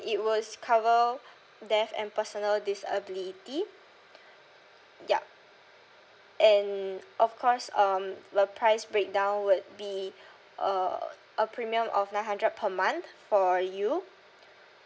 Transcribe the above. it will cover death and personal disability yup and of course um the price breakdown would be uh a premium of nine hundred per month for you